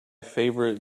favorite